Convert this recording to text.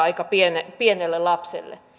aika pienelle pienelle lapselle jos